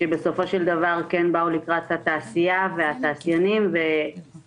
שבסופו של דבר כן באו לקראת התעשייה והתעשיינים ויאפשרו